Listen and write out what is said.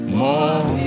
more